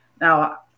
Now